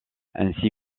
ainsi